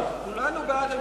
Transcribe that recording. כולנו בעד המרפסת,